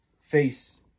face